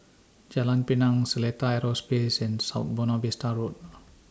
Jalan Pinang Seletar Aerospace and South Buona Vista Road